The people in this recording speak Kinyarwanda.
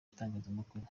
itangazamakuru